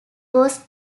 goes